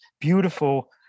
beautiful